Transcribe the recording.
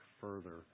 further